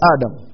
Adam